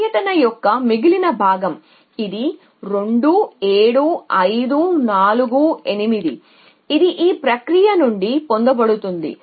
పర్యటన యొక్క మిగిలిన భాగం ఇది 2 7 5 4 8 ఇది ఈ ప్రక్రియ నుండి పొందబడుతుంది